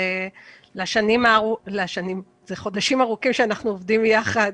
וזה חודשים ארוכים שאנחנו עובדים יחד